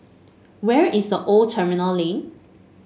where is The Old Terminal Lane